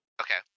okay